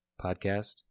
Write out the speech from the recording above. podcast